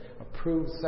approved